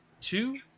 two